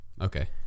Okay